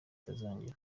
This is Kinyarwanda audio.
ntibizongere